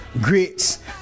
Grits